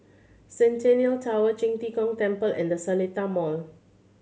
Centennial Tower Qing De Gong Temple and The Seletar Mall